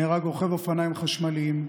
נהרג רוכב אופניים חשמליים,